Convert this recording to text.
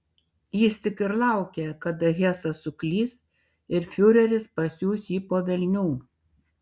jis tik ir laukė kada hesas suklys ir fiureris pasiųs jį po velnių